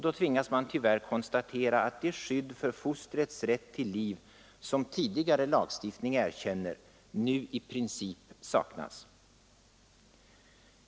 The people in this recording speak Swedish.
Då tvingas man tyvärr konstatera att det skydd för fostrets rätt till liv, som tidigare lagstiftning erkänner, nu i princip saknas.